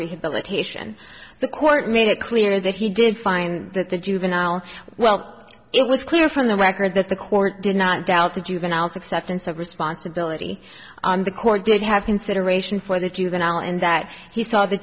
rehabilitation the court made it clear that he did find that the juvenile well it was clear from the record that the court did not doubt the juveniles acceptance of responsibility and the court did have consideration for that you've been out and that he saw the